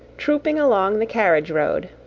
trooping along the carriage road.